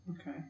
okay